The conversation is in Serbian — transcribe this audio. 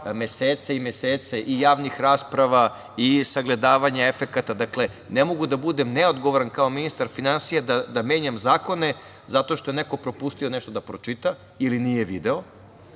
mesece i mesece javnih rasprava i sagledavanja efekata. Ne mogu da budem neodgovoran kao ministar finansija da menjam zakone zato što je neko propustio nešto da pročita ili nije video